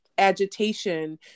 agitation